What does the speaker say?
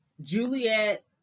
Juliet